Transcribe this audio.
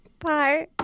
Bye